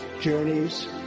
journeys